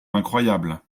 incroyable